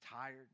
tired